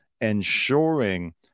ensuring